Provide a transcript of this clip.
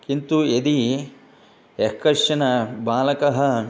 किन्तु यदि यः कश्चन बालकः